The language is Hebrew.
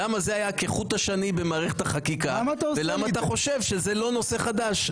למה זה היה כחוט השני במערכת החקיקה ולמה אתה חושב שזה לא נושא חדש.